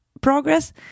progress